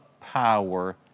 power